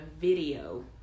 video